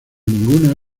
ninguna